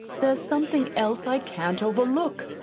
there's something else i can't overlook.